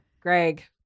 Greg